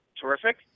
terrific